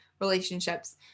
relationships